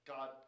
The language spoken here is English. God